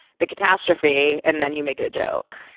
the catastrophe, and then you make it a joke.